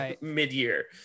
mid-year